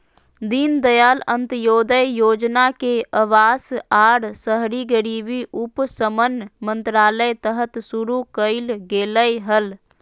दीनदयाल अंत्योदय योजना के अवास आर शहरी गरीबी उपशमन मंत्रालय तहत शुरू कइल गेलय हल